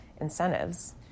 incentives